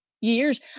years